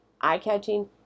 eye-catching